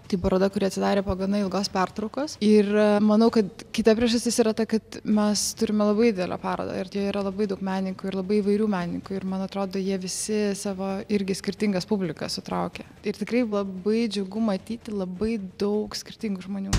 tai paroda kuri atsidarė po gana ilgos pertraukos ir manau kad kita priežastis yra ta kad mes turime labai didelę parodą ir deja yra labai daug menininkų ir labai įvairių menininkų ir man atrodo jie visi savo irgi skirtingas publikas sutraukia ir tikrai labai džiugu matyti labai daug skirtingų žmonių